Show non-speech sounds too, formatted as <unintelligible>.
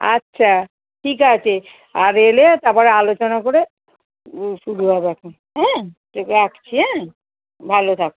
আচ্ছা ঠিক আছে আর এলে তারপরে আলোচনা করে শুরু হবে এখন হ্যাঁ <unintelligible> রাখছি অ্যাঁ ভালো থাক